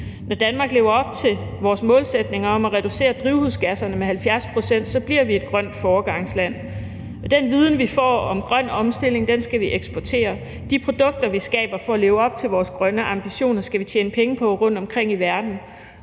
Når Danmark lever op til sine målsætninger om at reducere drivhusgasserne med 70 pct., bliver vi et grønt foregangsland. Den viden, vi får om grøn omstilling, skal vi eksportere. De produkter, vi skaber for at leve op til vores grønne ambitioner, skal vi tjene penge på rundtomkring i verden.